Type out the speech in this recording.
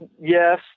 yes